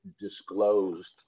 disclosed